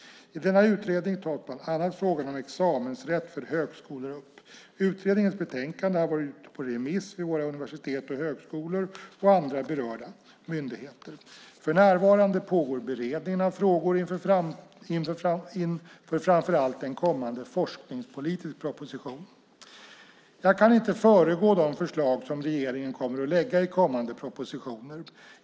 I denna utredning tas bland annat frågan om examensrätt för högskolor upp. Utredningens betänkande har varit ute på remiss vid våra universitet och högskolor och andra berörda myndigheter. För närvarande pågår beredning av frågor inför framför allt en kommande forskningspolitisk proposition. Jag kan inte föregå de förslag som regeringen kommer att lägga fram i kommande propositioner.